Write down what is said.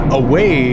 away